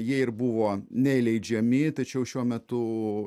jie ir buvo neįleidžiami tačiau šiuo metu